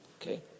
okay